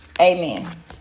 Amen